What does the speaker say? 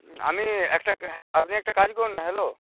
আমি একটা আপনি একটা কাজ করুন না হ্যালো